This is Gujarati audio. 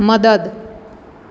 મદદ